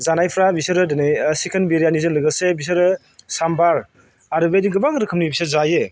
जानायफ्रा बिसोरो दिनै चिकेन बिरियानिजों लोगोसे बिसोरो सामबार आरो बेबायदिनो गोबां रोखोमनि बिसोर जायो